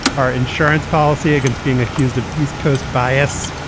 our insurance policy against being accused of east coast bias.